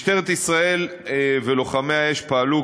משטרת ישראל ולוחמי האש פעלו,